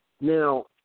Now